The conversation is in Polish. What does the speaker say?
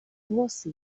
włosy